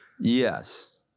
Yes